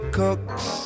cooks